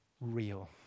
real